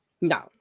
No